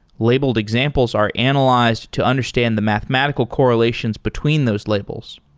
labelled examples are analyzed to understand the mathematical correlations between those labels.